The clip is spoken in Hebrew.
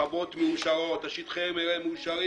החוות ושטחי המרעה מאושרים,